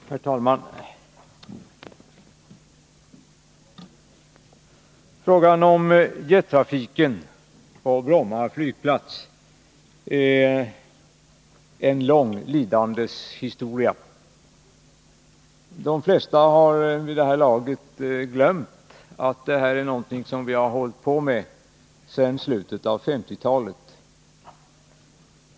Herr talman! Frågan om jettrafiken på Bromma flygplats är en det långa lidandets historia. De flesta har vid det här laget glömt att detta är en fråga som vi har arbetat med sedan slutet av 1950-talet.